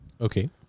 Okay